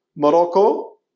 Morocco